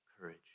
courage